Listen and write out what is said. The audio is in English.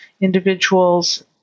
individuals